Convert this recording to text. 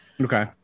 Okay